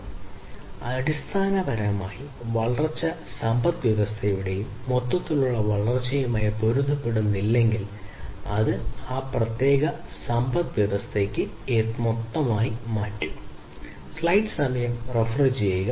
അതിനാൽ അടിസ്ഥാനപരമായി വളർച്ച സമ്പദ്വ്യവസ്ഥയുടെ മൊത്തത്തിലുള്ള വളർച്ചയുമായി പൊരുത്തപ്പെടുന്നില്ലെങ്കിൽ അത് ആ പ്രത്യേക സമ്പദ്വ്യവസ്ഥയ്ക്ക് ഒരു ദുരന്തമായി മാറും